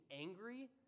angry